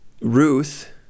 Ruth